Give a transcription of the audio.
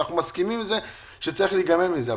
הם מסכימים שצריך להיגמל מזה.